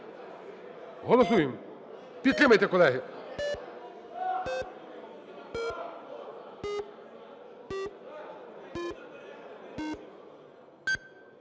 Голосуємо! Підтримайте, колеги.